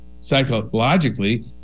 psychologically